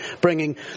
bringing